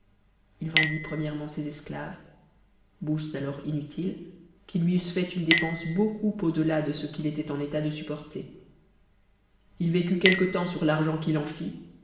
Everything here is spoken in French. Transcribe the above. il était h vendit premièrement ses esclaves bouches alors inutiles qui lui eussent fait une dépense beaucoup au des de ce qu'il était en état de supporter il vécut quelque temps sur l'argent qu'il en